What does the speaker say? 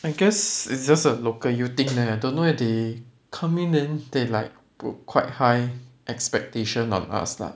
I guess it's just a local U thing leh don't know eh they come in then they like put quite high expectation on us lah